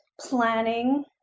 planning